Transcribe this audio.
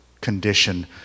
condition